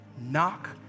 knock